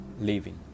living